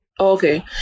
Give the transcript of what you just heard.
Okay